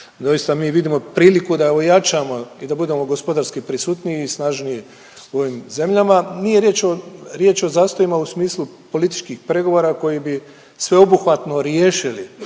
doista mi vidimo priliku da ojačamo i da budemo gospodarski prisutniji i snažniji u ovim zemljama. Nije riječ o zastojima u smislu političkih pregovora koji bi sveobuhvatno riješili